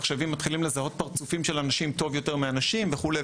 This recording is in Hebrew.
מחשבים מתחילים לזהות פרצופים של אנשים טוב יותר מאנשים וכו'.